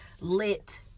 lit